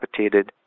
capitated